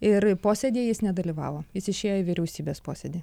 ir posėdyje jis nedalyvavo jis išėjo į vyriausybės posėdį